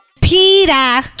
Peter